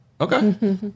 Okay